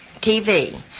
TV